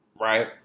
right